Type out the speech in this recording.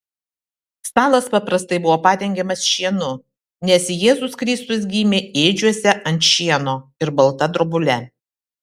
stalas paprastai buvo padengiamas šienu nes jėzus kristus gimė ėdžiose ant šieno ir balta drobule